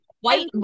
white